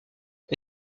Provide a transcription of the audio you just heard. est